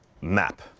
Map